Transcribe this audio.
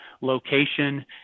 location